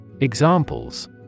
Examples